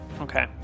Okay